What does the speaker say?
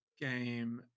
game